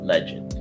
Legend